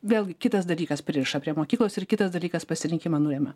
vėlgi kitas dalykas pririša prie mokyklos ir kitas dalykas pasirinkimą nulemia